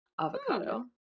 avocado